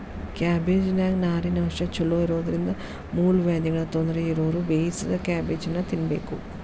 ಕ್ಯಾಬಿಜ್ನಾನ್ಯಾಗ ನಾರಿನಂಶ ಚೋಲೊಇರೋದ್ರಿಂದ ಮೂಲವ್ಯಾಧಿಗಳ ತೊಂದರೆ ಇರೋರು ಬೇಯಿಸಿದ ಕ್ಯಾಬೇಜನ್ನ ತಿನ್ಬೇಕು